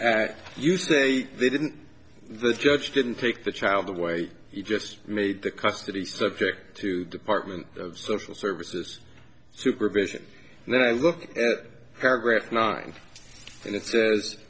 that you say they didn't the judge didn't take the child away he just made the custody subject to department of social services supervision and then i look at our graph nine and it